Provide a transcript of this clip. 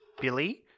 Billy